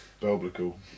biblical